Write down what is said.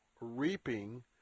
reaping